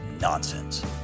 nonsense